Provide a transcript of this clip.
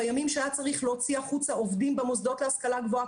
בימים שהיה צריך להוציא החוצה עובדים במוסדות להשכלה גבוהה,